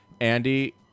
andy